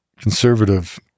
conservative